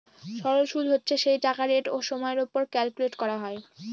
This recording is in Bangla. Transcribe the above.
সরল সুদ হচ্ছে সেই টাকার রেট ও সময়ের ওপর ক্যালকুলেট করা হয়